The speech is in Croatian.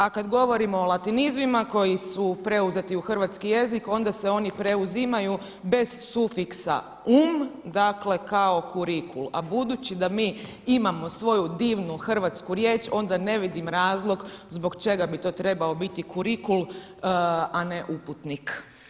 A kada govorimo o latinizmima koji su preuzeti u hrvatski jezik onda se oni preuzimaju bez sufiksa –um, dakle kao kurikul a budući da mi imamo svoju divnu hrvatsku riječi onda ne vidim razlog zbog čega bi to trebao biti kurikul a ne uputnik.